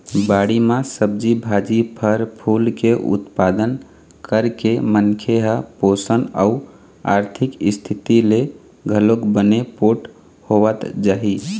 बाड़ी म सब्जी भाजी, फर फूल के उत्पादन करके मनखे ह पोसन अउ आरथिक इस्थिति ले घलोक बने पोठ होवत जाही